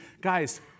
guys